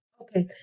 okay